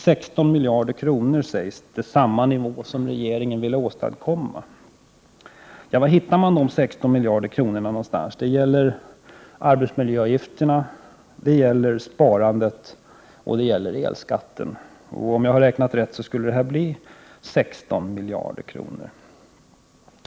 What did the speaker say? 16 miljarder kronor sägs vara den nivå som regeringen vill åstadkomma. Var hittar man dessa 16 miljarder kronor? Det gäller arbetsmiljöavgifterna, sparandet och elskatten, och om jag har räknat rätt skulle det bli just 16 miljarder kronor.